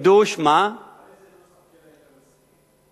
לאיזה נוסח כן היית מסכים?